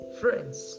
friends